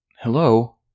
Hello